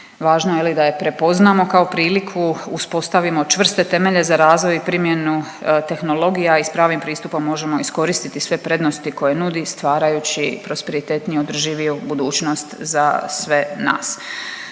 važno je je li da je prepoznamo kao priliku, uspostavimo čvrste temelje za razvoj i primjenu tehnologija i s pravim pristupom možemo iskoristiti sve prednosti koje nudi stvarajući prosperitetniju i održiviju budućnost za sve nas.